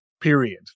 Period